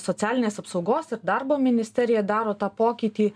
socialinės apsaugos ir darbo ministerija daro tą pokytį